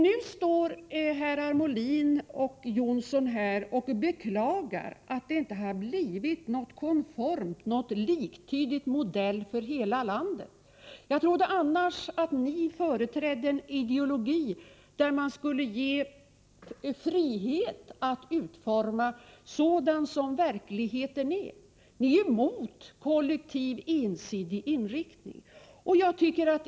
Nu beklagar herrar Molin och Jonsson här att det inte blivit en konform — likadan — modell för hela landet. Jag trodde annars att ni företrädde ideologin att man skall åstadkomma frihet att utforma verksamheten med utgångspunkt i verkligheten. Ni är ju emot en ensidig, kollektiv inriktning!